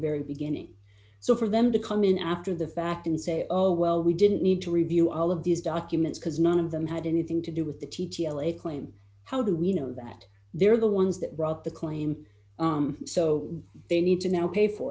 very beginning so for them to come in after the fact and say oh well we didn't need to review all of these documents because none of them had anything to do with the t t l a claim how do we know that they're the ones that brought the claim so they need to now pay for